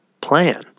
plan